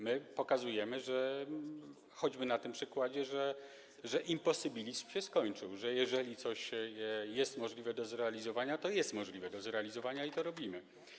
My pokazujemy, choćby na tym przykładzie, że imposybilizm się skończył, że jeżeli coś jest możliwe do zrealizowania, to jest możliwe do zrealizowania i to robimy.